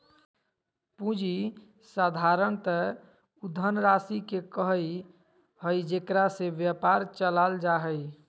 पूँजी साधारणतय उ धनराशि के कहइ हइ जेकरा से व्यापार चलाल जा हइ